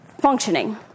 functioning